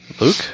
Luke